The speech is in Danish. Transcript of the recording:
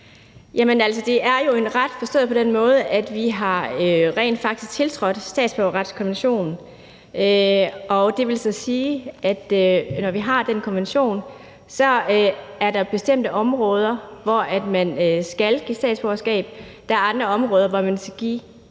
det er jo en ret forstået på den måde, at vi rent faktisk har tiltrådt statsborgerretskonventionen, og det vil så sige, at når vi har den konvention, er der bestemte områder, hvor man skal give statsborgerskab, og der er andre områder, hvor man skal give en lettere